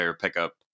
Pickup